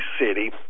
city